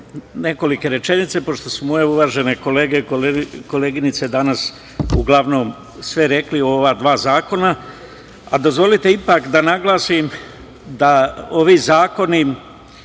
nekoliko rečenica pošto su moje uvažene kolege i koleginice danas uglavnom sve rekli o ova dva zakona. Dozvolite da naglasim da ovi zakonima